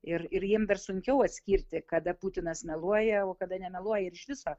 ir ir jiem dar sunkiau atskirti kada putinas meluoja o kada nemeluoja ir iš viso